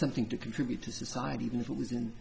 something to contribute to society